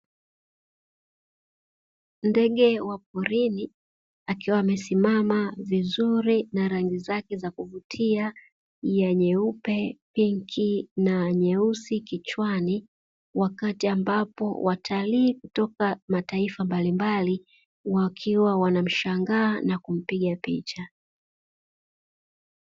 Ndege wa porini akiwa amesimama vizuri na rangi zake za kuvutia ya nyeupe, pinki na nyeusi kichwani; wakati ambapo watalii kutoka mataifa mbalimbali wakiwa wanamshangaa na kumpiga picha.